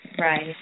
Right